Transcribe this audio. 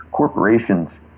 Corporations